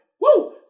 Woo